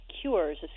cures